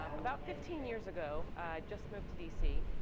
um about fifteen years ago, i just moved to dc.